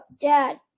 dad